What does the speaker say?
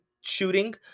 shooting